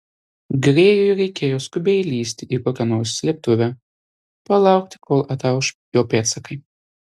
grėjui reikėjo skubiai įlįsti į kokią nors slėptuvę palaukti kol atauš jo pėdsakai